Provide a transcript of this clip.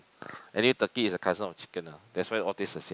I think turkey is the cousin of chicken ah that's why all taste the same